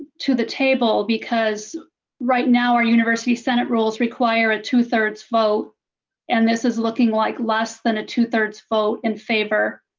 to the table because right now our university senate rules require a two-thirds vote and this is looking like less than a two-thirdses vote in favor.